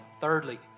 Thirdly